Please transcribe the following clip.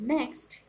Next